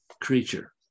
creature